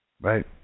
Right